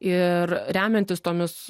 ir remiantis tomis